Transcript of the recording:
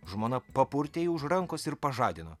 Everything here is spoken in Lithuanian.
žmona papurtė jį už rankos ir pažadino